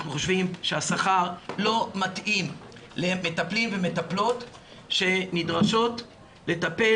אנחנו חושבים שהשכר לא מתאים למטפלים ומטפלות שנדרשות לטפל